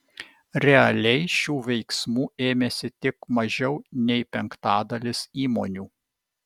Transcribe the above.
realiai šių veiksmų ėmėsi tik mažiau nei penktadalis įmonių